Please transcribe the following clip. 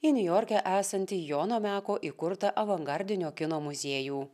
į niujorke esantį jono meko įkurtą avangardinio kino muziejų